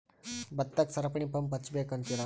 ಭತ್ತಕ್ಕ ಸರಪಣಿ ಪಂಪ್ ಹಚ್ಚಬೇಕ್ ಅಂತಿರಾ?